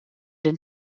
den